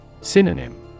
Synonym